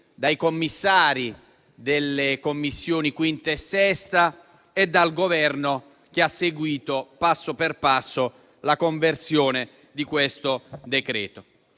dai membri delle Commissioni 5a e 6a e dal Governo, che ha seguito passo per passo la conversione di questo decreto.